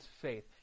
faith